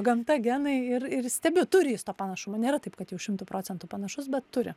gamta genai ir ir stebiu turi jis to panašumo nėra taip kad jau šimtu procentų panašus bet turi